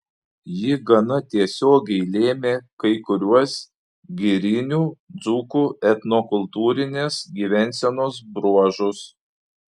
ji gana tiesiogiai lėmė kai kuriuos girinių dzūkų etnokultūrinės gyvensenos bruožus